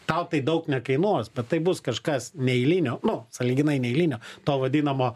tau tai daug nekainuos bet tai bus kažkas neeilinio nu sąlyginai neeilinio to vadinamo